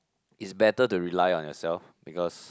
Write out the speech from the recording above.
is better to rely on yourself because